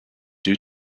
due